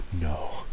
no